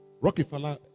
Rockefeller